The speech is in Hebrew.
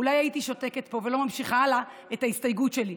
אולי הייתי שותקת פה ולא ממשיכה הלאה את ההסתייגות שלי,